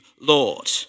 Lord